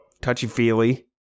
Touchy-feely